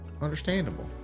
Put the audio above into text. Understandable